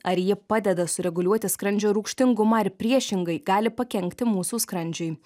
ar ji padeda sureguliuoti skrandžio rūgštingumą ar priešingai gali pakenkti mūsų skrandžiui